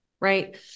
Right